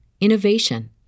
innovation